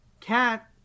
Cat